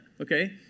Okay